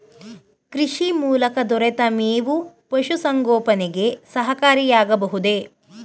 ಕೃಷಿ ಮೂಲಕ ದೊರೆತ ಮೇವು ಪಶುಸಂಗೋಪನೆಗೆ ಸಹಕಾರಿಯಾಗಬಹುದೇ?